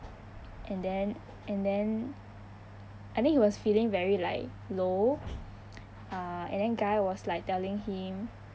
and then and then I think he was feeling very like low uh and then guy was like telling him